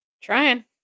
Trying